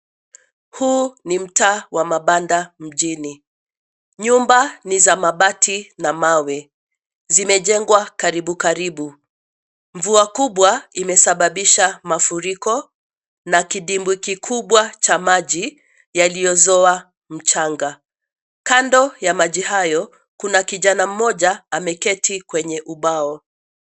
Huu ni mtaa wa mabanda mjini. Nyumba ni za mabati na mawe, zimejengwa karibu karibu. Mvua kubwa imesababisha mafuriko na kidimbwi kikubwa cha maji yaliyozoa mchanga. Kando ya maji hayo kuna kijana mmoja ameketi kwenye ubao.